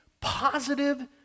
positive